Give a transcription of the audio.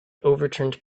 overturned